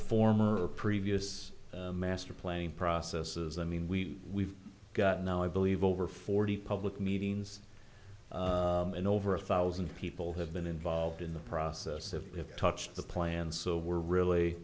former previous master planning processes i mean we we've got now i believe over forty public meetings and over a thousand people have been involved in the process of we have touched the plan so we're really